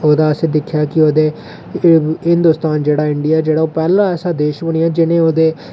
ओह्दा असें दिक्खेआ कि ओह्दे हिंदोस्तान जेह्ड़ा इंडिया जेह्ड़ा ओह् पैह्ला ऐसा देश होना जिन्ने ओह्दे